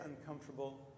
uncomfortable